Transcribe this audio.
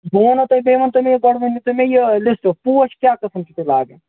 بہٕ ونہو تۅہہِ بیٚیہِ ؤنۍتَو مےٚ یہِ گۄڈٕ ؤنِو تُہۍ مےٚ یہِ لِسٹُک پوش کیٛاہ قٕسم چھِ تۅہہِ لاگٕنۍ